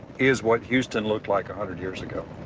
is what used to and look like a hundred years ago.